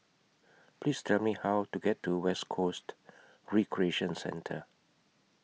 Please Tell Me How to get to West Coast Recreation Centre